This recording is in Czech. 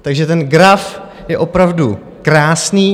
Takže ten graf je opravdu krásný.